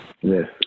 Yes